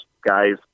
guys